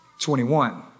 21